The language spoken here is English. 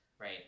Right